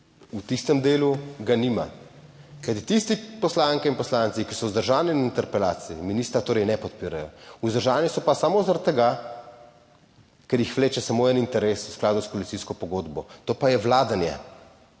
v tistem delu ga nima, kajti tisti poslanke in poslanci, ki so vzdržani interpelaciji ministra torej ne podpirajo, vzdržani so pa samo zaradi tega, ker jih vleče samo en interes v skladu s koalicijsko pogodbo, to pa je vladanje.